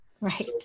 right